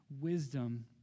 wisdom